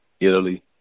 Italy